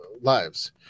lives